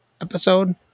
episode